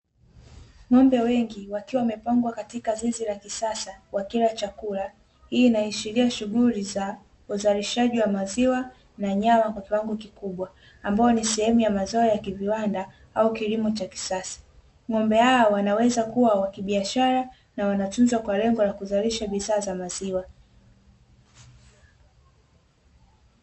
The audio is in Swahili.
Ng'ombe wengi wakiwa wamepangwa katika zizi la kisasa wakila chakula. Hii inaashiria shughuli ya uzalishaji wa maziwa na nyama kwa kiwango kikubwa, ambayo ni sehemu ya mazao ya kiviwanda au kilimo cha kisasa. Ng'ombe hawa wanaweza kuwa wa kibiashara na wanatunzwa kwa lengo la kuzalisha bidhaa za maziwa.